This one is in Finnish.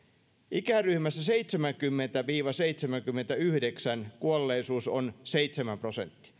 ikäryhmässä seitsemänkymmentä viiva seitsemänkymmentäyhdeksän kuolleisuus on seitsemän prosenttia